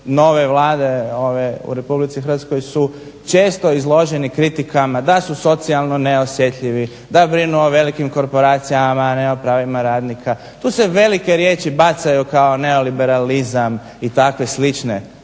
nove Vlade u RH su često izloženi kritikama da su socijalno neosjetljivi, da brinu o velikim korporacijama a ne o pravima radnika. Tu se velike riječi bacaju kao neoliberalizam i takve slične